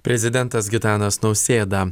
prezidentas gitanas nausėda